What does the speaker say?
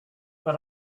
but